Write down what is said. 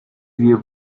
wir